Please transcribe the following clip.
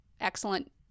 excellent